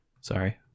sorry